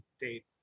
date